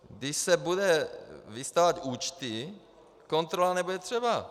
Když se budou vystavovat účty, kontrola nebude třeba.